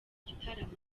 gitaramo